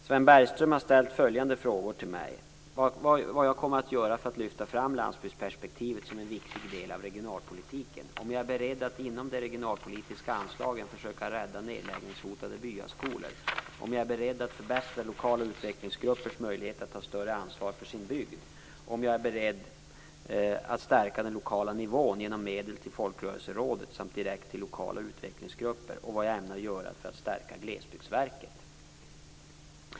Sven Bergström har frågat mig vad jag kommer att göra för att lyfta fram landsbygdsperspektivet som en viktig del av regionalpolitiken, om jag är beredd att inom de regionalpolitiska anslagen försöka rädda nedläggningshotade byskolor, om jag är beredd att förbättra lokala utvecklingsgruppers möjlighet att ta större ansvar för sin bygd, om jag är beredd att stärka den lokala nivån genom medel till Folkrörelserådet samt direkt till lokala utvecklingsgrupper och vad jag ämnar göra för att stärka Glesbygdsverket.